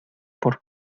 por